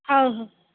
ହଉ ହଉ